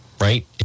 Right